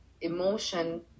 emotion